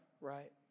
right